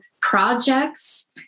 projects